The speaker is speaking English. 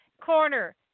Corner